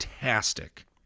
fantastic